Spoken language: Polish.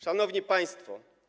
Szanowni Państwo!